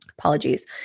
Apologies